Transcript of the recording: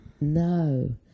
No